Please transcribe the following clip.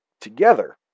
together